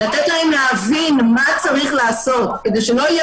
לתת להם להבין מה צריך לעשות כדי שלא יהיה